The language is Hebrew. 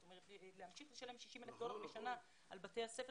להמשיך לשלם 67,000 דולר לשנה על בתי הספר.